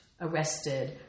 arrested